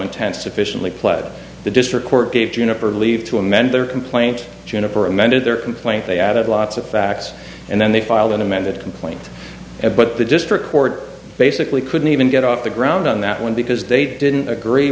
intent sufficiently pled the district court gave juniper leave to amend their complaint juniper amended their complaint they added lots of facts and then they filed an amended complaint but the district court basically couldn't even get off the ground on that one because they didn't agree